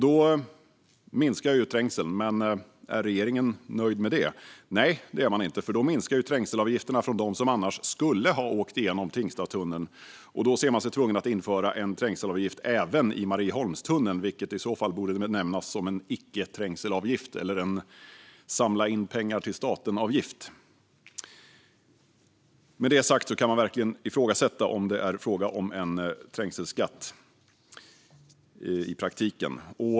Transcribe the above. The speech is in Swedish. Då minskar trängseln, men är regeringen nöjd med det? Nej, det är regeringen inte, för då minskar trängselavgifterna från dem som annars skulle ha åkt genom Tingstadstunneln, och då ser man sig tvungen att införa en trängselavgift även i Marieholmstunneln. Den borde väl i så fall benämnas icke-trängselavgift eller samla-in-pengar-till-staten-avgift. Man kan verkligen ifrågasätta om det i praktiken handlar om en trängselskatt.